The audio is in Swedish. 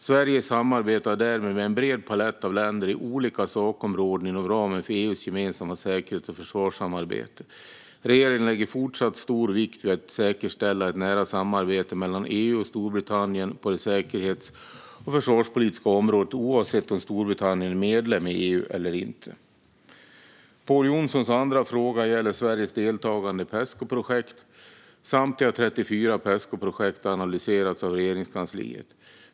Sverige samarbetar därmed med en bred palett av länder i olika sakområden inom ramen för EU:s gemensamma säkerhets och försvarssamarbete. Regeringen lägger fortsatt stor vikt vid att säkerställa ett nära samarbete mellan EU och Storbritannien på det säkerhets och försvarspolitiska området, oavsett om Storbritannien är medlem i EU eller inte. Pål Jonsons andra fråga gäller Sveriges deltagande i Pescoprojekt. Samtliga 34 Pescoprojekt har analyserats av Regeringskansliet.